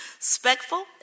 respectful